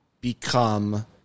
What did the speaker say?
become